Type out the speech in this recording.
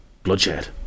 Bloodshed